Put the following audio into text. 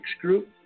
Group